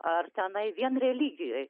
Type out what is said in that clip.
ar tenai vien religijoje